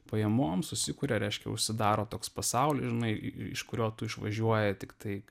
pajamom susikuria reiškia užsidaro toks pasauly žinai iš kurio tu išvažiuoja tiktai